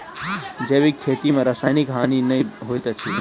जैविक खेती में रासायनिक हानि नै होइत अछि